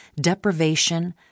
deprivation